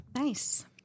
Nice